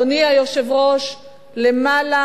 אדוני היושב-ראש, למעלה